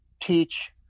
teach